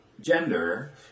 gender